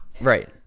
right